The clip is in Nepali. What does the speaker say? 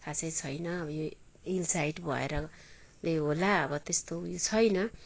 खासै छैन अब यो हिल साइड भएरले होला अब त्यस्तो ऊ यो छैन